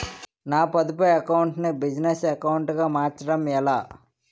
నా పొదుపు అకౌంట్ నీ బిజినెస్ అకౌంట్ గా మార్చడం ఎలా?